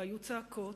והיו צעקות,